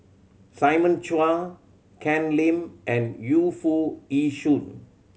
Simon Chua Ken Lim and Yu Foo Yee Shoon